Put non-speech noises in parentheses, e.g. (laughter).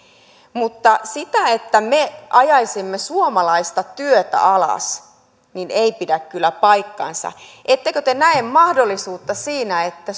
mutta se että me ajaisimme suomalaista työtä alas ei pidä kyllä paikkaansa ettekö te näe mahdollisuutta siinä että (unintelligible)